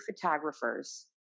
photographers